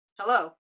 Hello